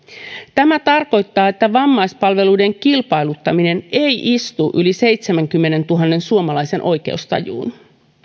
tämä tarkoittaa että vammaispalveluiden kilpailuttaminen ei istu yli seitsemänkymmenentuhannen suomalaisen oikeustajuun